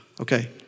Okay